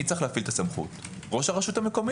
מי שצריך להפעיל את הסמכות הוא ראש הרשות המקומית,